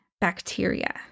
bacteria